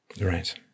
Right